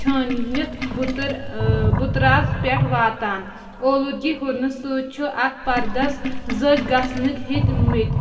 چھٲنِتھ بُتِرۍ بُتراژ پیٹھ واتان اولوٗدگی ہُرنہٕ سۭتۍ چھ اتھ پَردَس زٔدۍ گژھنہٕ ہیٚتمٕتۍ